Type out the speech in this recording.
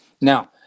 Now